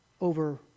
over